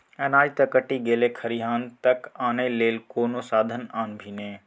अनाज त कटि गेलै खरिहान तक आनय लेल कोनो साधन आनभी ने